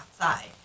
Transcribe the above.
outside